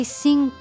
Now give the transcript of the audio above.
sing